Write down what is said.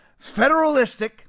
federalistic